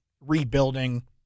rebuilding